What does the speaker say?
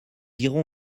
irons